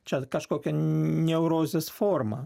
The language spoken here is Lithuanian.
čia kažkokia neurozės forma